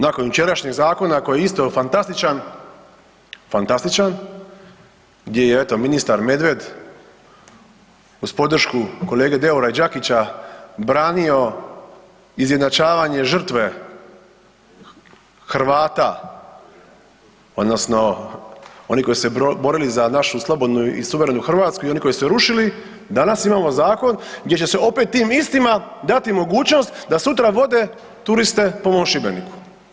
Nakon jučerašnjeg zakona koji je isto fantastičan, fantastičan gdje je eto ministar Medved uz podršku kolege Deura i Đakića branio izjednačavanje žrtve Hrvata odnosno onih koji su se borili za našu slobodnu i suverenu Hrvatsku i onih koji su je rušili, danas imamo zakon gdje će se opet tim istima dati mogućnost da sutra vode turiste po mom Šibeniku.